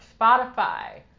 Spotify